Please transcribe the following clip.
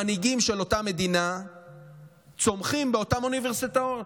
המנהיגים של אותה מדינה צומחים באותן אוניברסיטאות,